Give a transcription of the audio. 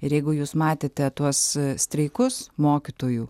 ir jeigu jūs matėte tuos streikus mokytojų